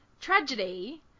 tragedy